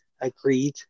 agreed